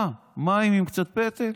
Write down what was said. מה, מים עם קצת פטל?